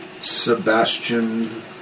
Sebastian